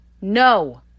no